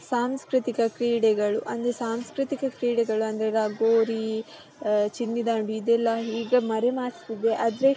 ಸಾಂಸ್ಕೃತಿಕ ಕ್ರೀಡೆಗಳು ಅಂದರೆ ಸಾಂಸ್ಕೃತಿಕ ಕ್ರೀಡೆಗಳಂದರೆ ಲಗೋರಿ ಚಿನ್ನಿದಾಂಡು ಇದೆಲ್ಲ ಈಗ ಮರೆಮಾಚ್ತಿದೆ ಆದರೆ